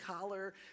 collar